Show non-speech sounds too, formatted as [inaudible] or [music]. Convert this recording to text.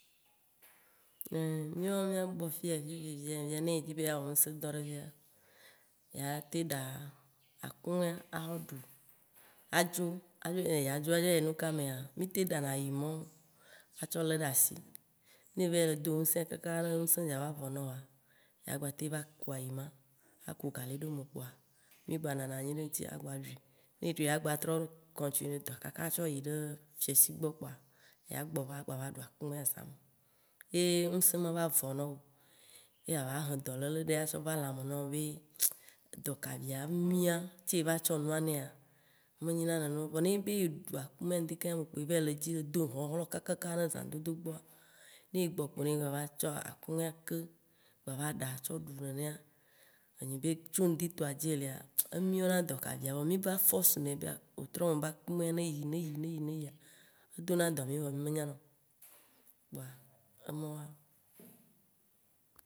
[hesitation] mìɔ mìa gbɔ fifidzì fia ne edzi be yeawɔ ŋsẽ dɔ ɖe fia, ya te ɖa akume axɔ ɖu adzo, hafi ne ya dzo ayi nuka mea, mì tem ɖana ayi mɔwo, atsɔ le ɖe asi. Ne eva yi le do ŋsẽ kaka ŋsɛ̃ dza va vɔ nɔwoa, ya gba tem va ku ayi ma, aku gali ɖe eme kpoa, mì gba nana anyi ɖe ŋti agba ɖui. Ne eɖui, agba trɔ continuer dɔa, kaka va yi ɖe fiãsi gbɔ kpoa yea gbɔ va agba va ɖu akumea zã me. Ye ŋsẽ mava vɔ nɔwo, ye ava he dɔlele ɖe atsɔ va lã me be dɔkavia mia ce evatsɔ nua nɛa me nyina nene o. Vɔ nenyi be ye ɖu akumea ŋdekĩ me kpo eva yi le dzi le do hɔhlɔ̃ kakaka ne zãdodo gbɔa, ne e gbɔ kpo ne egba va tsɔ akumea ke gba va ɖa tsɔ ɖu nenea, woanye be, tso ŋdi tɔa dzi elea, emiɔna dɔkavia vɔa mì va force nɛ be wetrɔ me. be akumea neyi neyi, neyi, neyia, edona dɔ mì voa mì me nya na o kpoa emɔwoa.